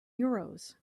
euros